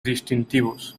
distintivos